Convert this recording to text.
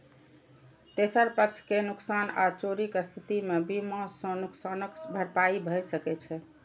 तेसर पक्ष के नुकसान आ चोरीक स्थिति मे बीमा सं नुकसानक भरपाई भए सकै छै